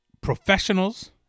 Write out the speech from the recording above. professionals